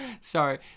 Sorry